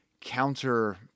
counter